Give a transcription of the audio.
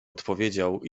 odpowiedział